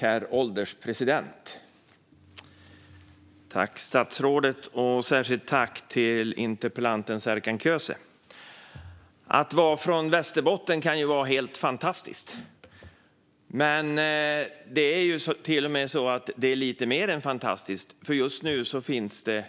Herr ålderspresident! Jag tackar statsrådet och särskilt interpellanten Serkan Köse. Att vara från Västerbotten kan vara helt fantastiskt. Men det är lite mer än fantastiskt, för just nu är det